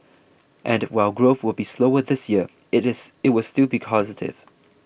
and while growth will be slower this year it is it will still be positive